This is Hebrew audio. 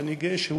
ואני גאה שהוא